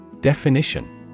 Definition